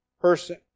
person